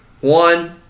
one